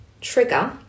trigger